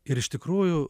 ir iš tikrųjų